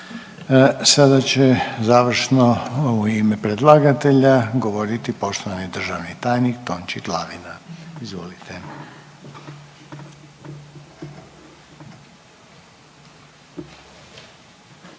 Sada će završno u ime predlagatelja govoriti poštovani državni tajnik Tonči Glavina. Izvolite.